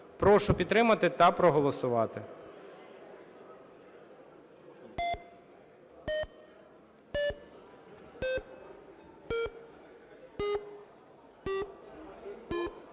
Прошу підтримати та проголосувати.